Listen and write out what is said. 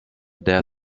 der